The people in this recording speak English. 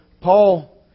Paul